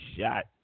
shot